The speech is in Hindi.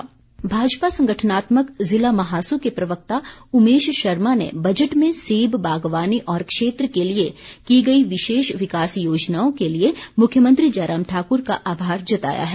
बजट आमार भाजपा संगठनात्मक ज़िला महासू के प्रवक्ता उमेश शर्मा ने बजट में सेब बागवानी और क्षेत्र के लिए की गई विशेष विकास योजनाओं के लिए मुख्यमंत्री जयराम ठाकुर का आभार जताया है